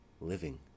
living